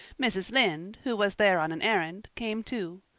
mrs. lynde, who was there on an errand, came too.